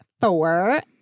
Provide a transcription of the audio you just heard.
four